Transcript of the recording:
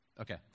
Okay